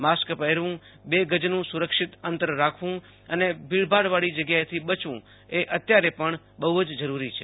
mask પહેરવુંબે ગજનું સુ રક્ષિત અંતર રાખવું અને ભીડભાડવાળી જગ્યાએથી બચવું એ અત્યારે પણ બહુ જ જરૂરી છે